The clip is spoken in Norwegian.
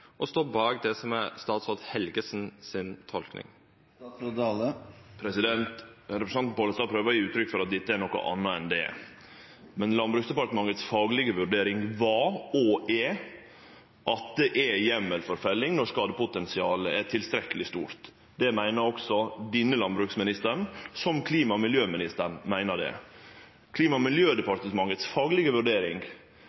og står bak det som er statsråd Helgesens tolking? Representanten Pollestad prøver å gje inntrykk av at dette er noko anna enn det det er. Landbruksdepartementets faglege vurdering var og er at det er heimel for felling når skadepotensialet er tilstrekkeleg stort. Det meiner også denne landbruksministeren, slik som klima- og miljøministeren meiner det. Klima- og